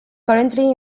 currently